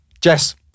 Jess